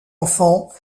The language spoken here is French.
enfant